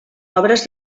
obres